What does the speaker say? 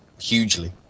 hugely